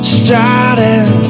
starting